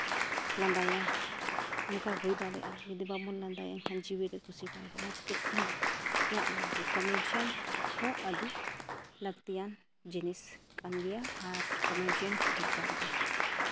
ᱞᱟᱸᱫᱟᱭᱟ ᱚᱱᱠᱟ ᱦᱩᱭ ᱫᱟᱲᱮᱭᱟᱜᱼᱟ ᱡᱩᱫᱤ ᱵᱟᱵᱚᱱ ᱞᱟᱸᱫᱟᱭᱟ ᱮᱱᱠᱷᱟᱱ ᱡᱤᱣᱤᱨᱮ ᱠᱩᱥᱤ ᱵᱟᱭ ᱚᱱᱟ ᱪᱤᱠᱤ ᱤᱧᱟᱜ ᱢᱮᱱᱛᱮ ᱠᱚᱢᱮᱰᱤᱭᱟᱱ ᱟᱹᱰᱤ ᱞᱟᱹᱠᱛᱤᱭᱟᱱ ᱡᱤᱱᱤᱥ ᱠᱟᱱ ᱜᱮᱭᱟ ᱟᱨ ᱠᱚᱢᱮᱰᱤᱭᱟᱱ ᱫᱚᱨᱠᱟᱨ ᱜᱮ